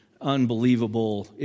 unbelievable